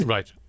Right